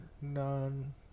None